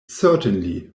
certainly